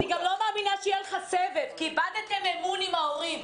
אני גם לא מאמינה שיהיה לך סבב כי איבדתם אמון עם ההורים.